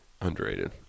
underrated